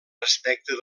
respecte